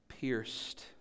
pierced